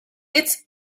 its